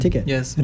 Yes